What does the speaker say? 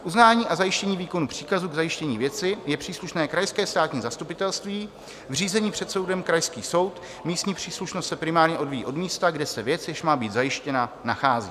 K uznání a zajištění výkonu příkazu k zajištění věci je příslušné krajské státní zastupitelství, v řízení před soudem krajský soud, místní příslušnost se primárně odvíjí od místa, kde se věc, jež má být zajištěna, nachází.